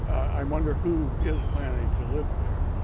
i wonder who is planning to live there.